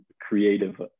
creative